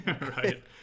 Right